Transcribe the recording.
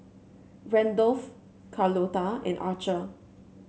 Randolph Carlotta and Archer